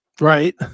Right